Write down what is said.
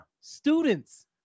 Students